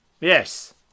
yes